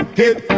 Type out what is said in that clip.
hit